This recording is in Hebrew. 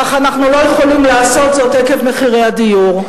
אך אנחנו לא יכולים לעשות זאת עקב מחירי הדיור.